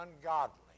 ungodly